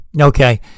Okay